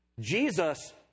Jesus